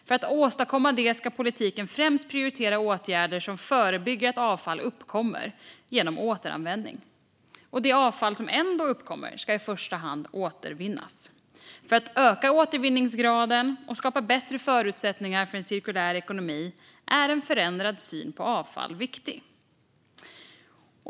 För att åstadkomma detta ska politiken främst genom återanvändning prioritera åtgärder som förebygger att avfall uppkommer. Det avfall som ändå uppkommer ska i första hand återvinnas. För att öka återvinningsgraden och skapa bättre förutsättningar för en cirkulär ekonomi är en förändrad syn på avfall viktig.